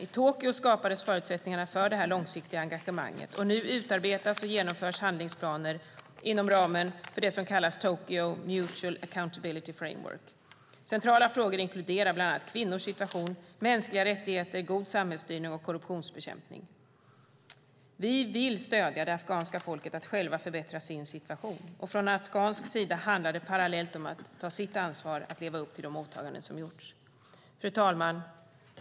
l Tokyo skapades förutsättningarna för detta långsiktiga engagemang, och nu utarbetas och genomförs handlingsplaner inom ramen för det som kallas Tokyo Mutual Accountability Framework. Centrala frågor inkluderar bland annat kvinnors situation, mänskliga rättigheter, god samhällsstyrning och korruptionsbekämpning. Vi vill stödja det afghanska folket i att själva förbättra sin situation. Från afghansk sida handlar det parallellt om att ta sitt ansvar och leva upp till de åtaganden som har gjorts. Fru talman!